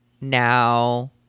now